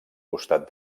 costat